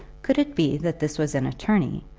could it be that this was an attorney,